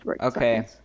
Okay